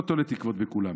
אני לא תולה תקוות בכולם,